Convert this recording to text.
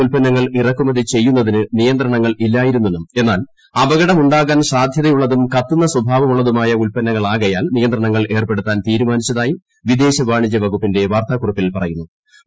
ഉല്പന്നങ്ങൾ ഇറക്കുമതി നേരത്തേ ഇത്തരം ചെയ്യുന്നതിന് നിയന്ത്രണങ്ങൾ ഇല്ലായിരുന്നെന്നും എന്നാൽ അപകടം ഉണ്ടാകാൻ സാധ്യതയുള്ളതും കത്തുന്ന സ്വഭാവമുള്ളതൂമായ ഉല്പന്നങ്ങളാകയാൽ നിയന്ത്രണങ്ങൾ ഏർപ്പെടുത്താൻ തീരുമാറ്റിച്ചുതായും വിദേശ വാണിജ്യ വകുപ്പിന്റെ വാർത്താക്കുറിപ്പിൽ ഷറ്റിയു്നു